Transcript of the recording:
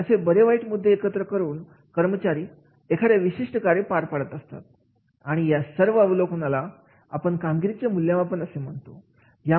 मग असे बरे वाईट मुद्दे एकत्र करून कर्मचारी एखाद्या विशिष्ट कार्य पार पाडत असतो आणि या सर्व अवलोकन आला आपण कामगिरीचे मूल्यमापन असे म्हणतो